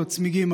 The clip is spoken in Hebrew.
הצמיגים,